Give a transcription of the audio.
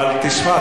אבל תשמע,